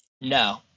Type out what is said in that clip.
No